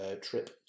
trip